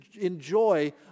enjoy